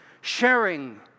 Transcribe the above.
sharing